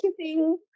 kissing